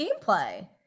gameplay